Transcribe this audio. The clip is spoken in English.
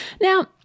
Now